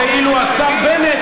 ואילו השר בנט,